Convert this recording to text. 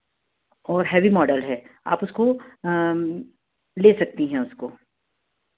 और heavy model है आप उसको ले सकती हैं उसको